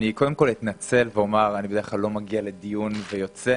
קודם כל אני אתנצל ואומר שאני בדרך כלל לא מגיע לדיון ויוצא,